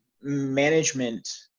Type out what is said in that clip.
management